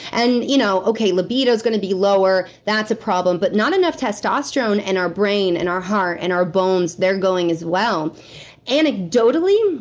and you know okay libido's going to be lower. that's a problem, but not enough testosterone in and our brain and our heart, and our bones, they're going as well anecdotally,